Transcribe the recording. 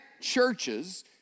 churches